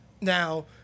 Now